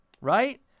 Right